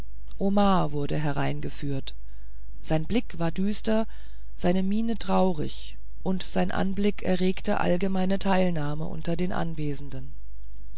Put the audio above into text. omar wurde hereingeführt sein blick war düster seine miene traurig und sein anblick erregte allgemeine teilnahme unter den anwesenden